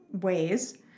ways